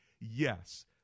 Yes